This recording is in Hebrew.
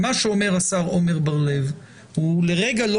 מה שאומר השר עומר בר לב - הוא לרגע לא